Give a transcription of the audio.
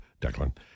Declan